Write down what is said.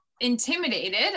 intimidated